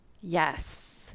Yes